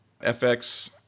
FX